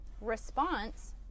response